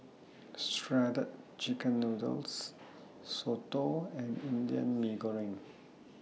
Shredded Chicken Noodles Soto and Indian Mee Goreng